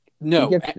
No